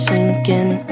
Sinking